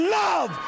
love